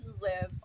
live